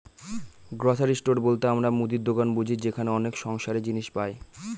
grocery store বলতে আমরা মুদির দোকান বুঝি যেখানে অনেক সংসারের জিনিস পাই